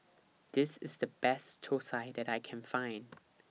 This IS The Best Thosai that I Can Find